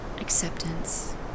acceptance